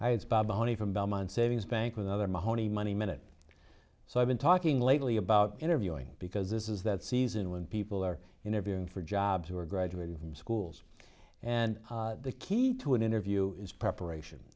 from belmont savings bank with another mahoney money minute so i've been talking lately about interviewing because this is that season when people are interviewing for jobs who are graduating from schools and the key to an interview is preparation